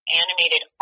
animated